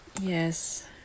Yes